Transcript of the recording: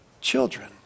children